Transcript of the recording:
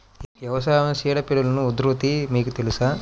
వ్యవసాయంలో చీడపీడల ఉధృతి మీకు తెలుసా?